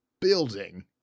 building